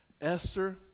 Esther